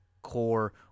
Core